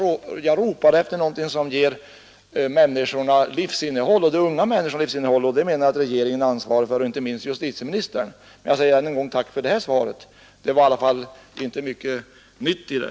Jag ropar efter någonting som ger de unga människorna livsinnehåll. Regeringen och inte minst justitieministern har ansvar för att de får det. Jag tackar än en gång för det här svaret, men det var inte mycket nytt i det.